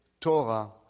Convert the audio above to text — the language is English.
Torah